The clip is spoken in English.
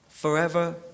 Forever